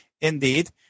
indeed